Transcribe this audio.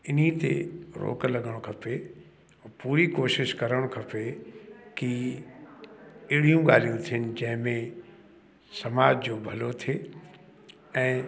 इन ई ते रोक लॻणु खपे पूरी कोशिश करणु खपे कि अहिड़ियूं ॻाल्हियूं थियनि जंहिंमें समाज जो भलो थिए ऐं